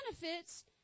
benefits